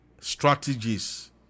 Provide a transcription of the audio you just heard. strategies